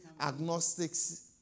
agnostics